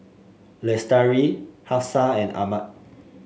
Lestari Hafsa and Ahmad